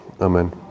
amen